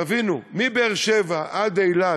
תבינו, מבאר-שבע עד אילת,